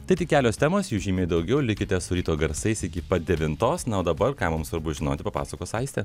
tai tik kelios temos jų žymiai daugiau likite su ryto garsais iki pat devintos na o dabar ką mums svarbu žinoti papasakos aistė